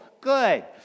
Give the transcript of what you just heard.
Good